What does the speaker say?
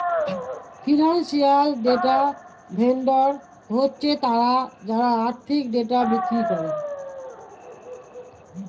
financial data vendor হচ্ছে তারা যারা আর্থিক ডেটা বিক্রি করে